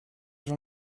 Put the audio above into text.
gens